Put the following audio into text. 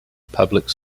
public